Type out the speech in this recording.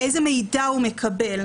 איזה מידע הוא מקבל?